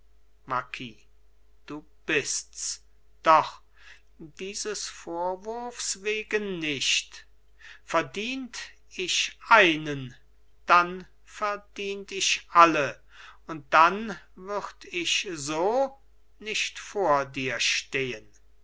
marquis du bists doch dieses vorwurfs wegen nicht verdient ich einen dann verdient ich alle und dann würd ich so nicht vor dir stehen